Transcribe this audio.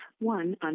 one